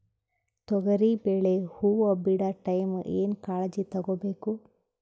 ತೊಗರಿಬೇಳೆ ಹೊವ ಬಿಡ ಟೈಮ್ ಏನ ಕಾಳಜಿ ತಗೋಬೇಕು?